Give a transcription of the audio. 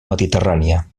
mediterrània